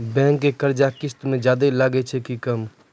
Bank के कर्जा किस्त मे ज्यादा लागै छै कि कम?